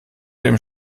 dem